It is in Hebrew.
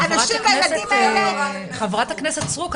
הנשים והילדים האלה --- חברת הכנסת סטרוק,